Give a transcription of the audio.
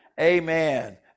amen